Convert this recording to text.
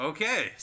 Okay